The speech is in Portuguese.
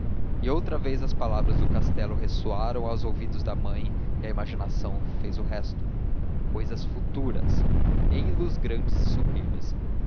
e outra vez as palavras do castelo ressoaram aos ouvidos da mãe e a imaginação fez o resto cousas futuras ei los grandes e sublimes